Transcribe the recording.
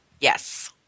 Yes